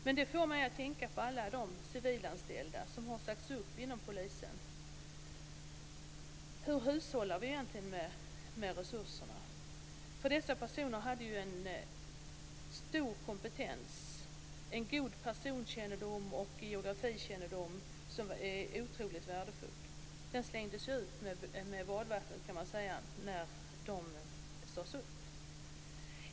Men det får mig att tänka på alla de civilanställda som har sagts upp inom polisen. Hur hushållar vi egentligen med resurserna? Dessa personer hade ju en stor kompetens, god personkännedom och geografikännedom, vilket var otroligt värdefullt. Detta slängdes ut med badvattnet, kan man säga, när de sades upp.